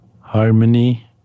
harmony